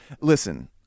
Listen